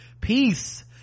Peace